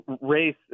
race